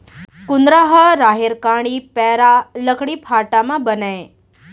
कुंदरा ह राहेर कांड़ी, पैरा, लकड़ी फाटा म बनय